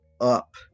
up